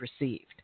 received